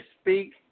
speak